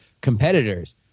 competitors